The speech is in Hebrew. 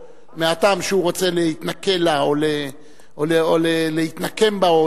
מהטעם שהוא רוצה להתנכל לה או להתנקם בה,